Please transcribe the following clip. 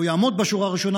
או יעמוד בשורה הראשונה,